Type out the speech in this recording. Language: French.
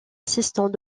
assistant